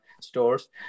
stores